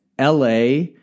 LA